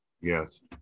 Yes